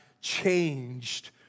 changed